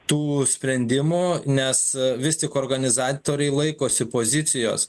tų sprendimų nes vistik organizatoriai laikosi pozicijos